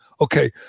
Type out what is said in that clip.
okay